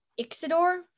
Ixidor